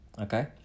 okay